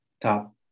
top